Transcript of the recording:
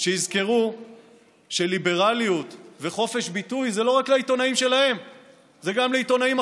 שיזכרו שליברליות וחופש ביטוי זה לא רק לעיתונאים שלהם,